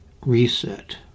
Reset